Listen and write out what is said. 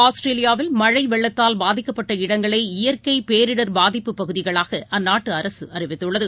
ஆஸ்திரேலியாவில் மழைவெள்ளத்தால் பாதிக்கப்பட்ட இடங்களை இயற்கைபேரிடர் பாதிப்பு பகுதிகளாகஅந்நாட்டுஅரசுஅறிவித்துள்ளது